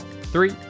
three